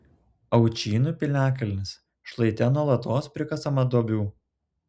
aučynų piliakalnis šlaite nuolatos prikasama duobių